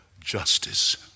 justice